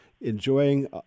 enjoying